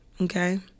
okay